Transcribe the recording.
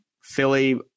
Philly